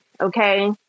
okay